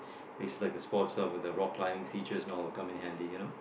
places like the Sports Hub with the rock climbing feature and all will come in handy you know